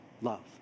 Love